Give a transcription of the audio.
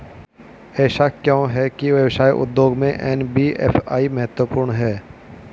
ऐसा क्यों है कि व्यवसाय उद्योग में एन.बी.एफ.आई महत्वपूर्ण है?